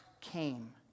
came